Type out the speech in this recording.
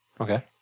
Okay